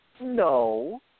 No